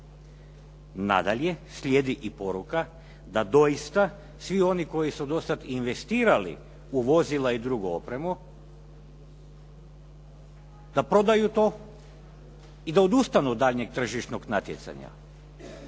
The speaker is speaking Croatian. Nadalje, slijedi i poruka da doista svi oni koji su do sad investirali u vozila i drugu opremu da prodaju to i da odustanu od daljnjeg tržišnog natjecanja.